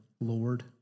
Lord